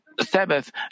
Sabbath